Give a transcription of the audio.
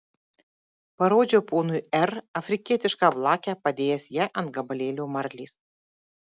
parodžiau ponui r afrikietišką blakę padėjęs ją ant gabalėlio marlės